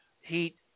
heat